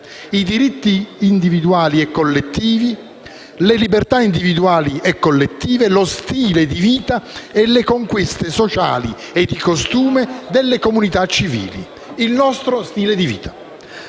i diritti individuali e collettivi, le libertà individuali e collettive, il nostro stile di vita e le conquiste sociali e di costume delle comunità civili. Le nostre sono società